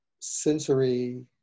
sensory